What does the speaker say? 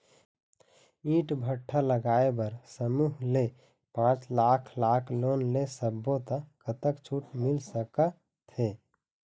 ईंट भट्ठा लगाए बर समूह ले पांच लाख लाख़ लोन ले सब्बो ता कतक छूट मिल सका थे?